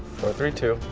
thirty two.